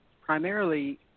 primarily